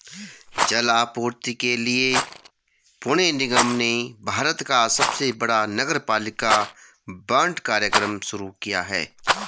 जल आपूर्ति के लिए पुणे निगम ने भारत का सबसे बड़ा नगरपालिका बांड कार्यक्रम शुरू किया